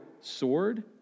sword